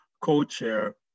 co-chair